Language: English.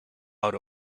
out